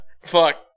Fuck